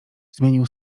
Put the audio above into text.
zmienił